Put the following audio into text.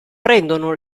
prendono